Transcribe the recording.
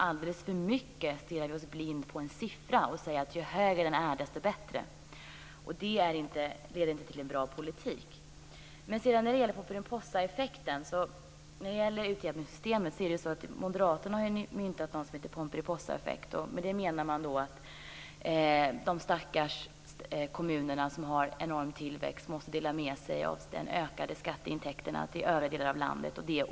Alldeles för mycket stirrar vi oss blinda på siffror och säger att ju högre en siffra är, desto bättre är det. Detta leder inte till en bra politik. När det gäller utjämningssystemet har ju Moderaterna myntat vad som kallas för Pomperipossaeffekt. Med det menar man att de stackars kommuner som har en enorm tillväxt måste dela med sig av de ökade skatteintäkterna till övriga delar av landet.